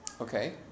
okay